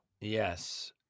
Yes